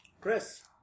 Chris